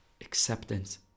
acceptance